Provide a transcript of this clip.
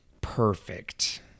perfect